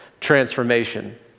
transformation